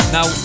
Now